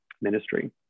ministry